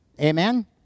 Amen